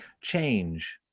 change